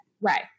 Right